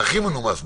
הכי מנומס בעולם,